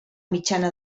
mitjana